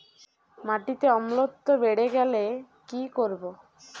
মাটিতে অম্লত্ব বেড়েগেলে কি করব?